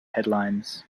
headlines